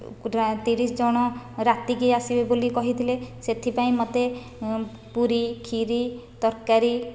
ପୁରା ତିରିଶ ଜଣ ରାତିକି ଆସିବେ ବୋଲି କହିଥିଲେ ସେଥିପାଇଁ ମୋତେ ପୁରି ଖିରୀ ତରକାରୀ